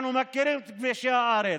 אנחנו מכירים את כבישי הארץ,